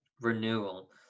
renewal